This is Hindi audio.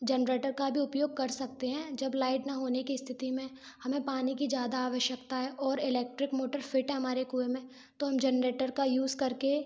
जनरेटर का भी उपयोग कर सकते हैं जब लाइट न होने की स्थिति में हमें पानी की ज़्यादा आवश्यकता है और एलेक्ट्रिक मोटर फिट हमारे कुएँ में तो हम जनरेटर का यूज़ करके